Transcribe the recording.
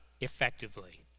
effectively